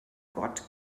gott